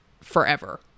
forever